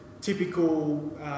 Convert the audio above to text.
typical